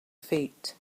feet